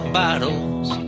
bottles